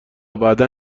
بعدا